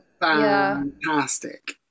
fantastic